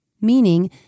Meaning